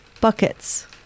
buckets